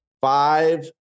five